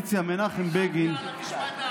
אבל אתה לא יכול לשבת ולנאום מהמקום.